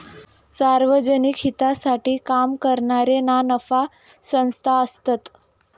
सार्वजनिक हितासाठी काम करणारे ना नफा संस्था असतत